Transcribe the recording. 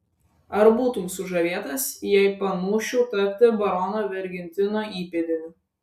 ar būtum sužavėtas jei panūsčiau tapti barono vergentino įpėdiniu